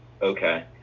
Okay